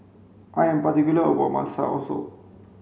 I am particular about my soursop